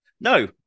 No